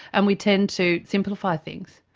and we tend to simplify things.